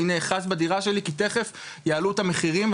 אני נאחז בדירה שלי כי תיכף יעלו את המחירים,